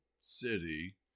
city